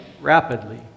rapidly